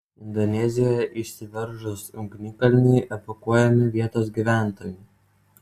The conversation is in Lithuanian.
indonezijoje išsiveržus ugnikalniui evakuojami vietos gyventojai